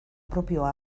propioa